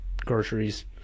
groceries